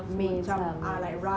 meal some